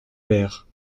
père